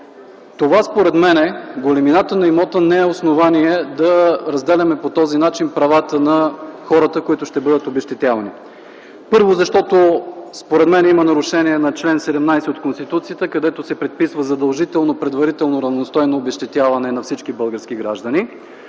имота, според мен, не е основание да разделяме по този начин правата на хората, които ще бъдат обезщетявани. Първо, според мен, има нарушение на чл. 17 от Конституцията, където се предписва задължително предварително равностойно обезщетяване на всички български граждани,